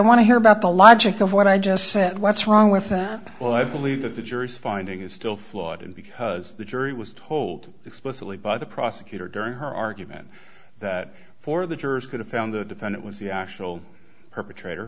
want to hear about the logic of what i just said what's wrong with that well i believe that the jury's finding is still flawed and because the jury was told explicitly by the prosecutor during her argument that for the jurors could have found the defendant was the actual perpetrator